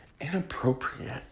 inappropriate